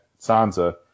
Sansa